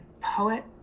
poet